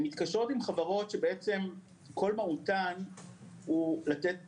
הן מתקשרות עם חברות שכל מהותן הוא לתת תלושים.